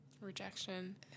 Rejection